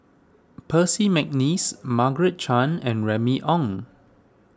Percy McNeice Margaret Chan and Remy Ong